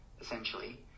essentially